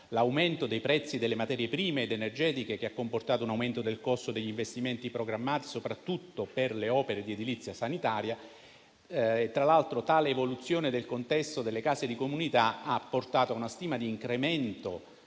l'aumento dei prezzi delle materie prime ed energetiche, che ha comportato un aumento del costo degli investimenti programmati, soprattutto per le opere di edilizia sanitaria. Tra l'altro, tale evoluzione del contesto delle case di comunità ha portato ad una stima di incremento